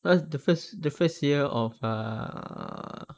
cause the first the first year of err